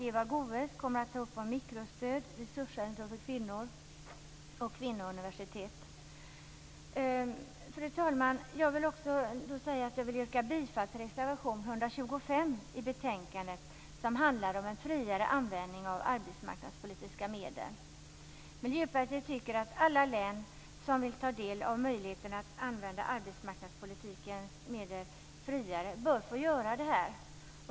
Eva Goës kommer att ta upp frågan om mikrostöd, resurscentrum för kvinnor och kvinnouniversitet. Fru talman! Jag vill yrka bifall till reservation 125 till betänkandet. Den handlar om en friare användning av arbetsmarknadspolitiska medel. Miljöpartiet tycker att alla län som vill ta del av möjligheterna att använda arbetsmarknadspolitikens medel friare bör få göra det.